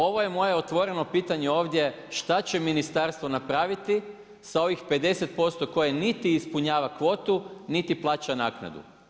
Ovo je moje otvoreno pitanje ovdje, šta će ministarstvo napraviti, sa ovih 50% koje niti ispunjava kvotu, niti plaća naknadu.